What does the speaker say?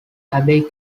abbey